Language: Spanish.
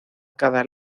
cada